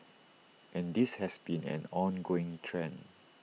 and this has been an ongoing trend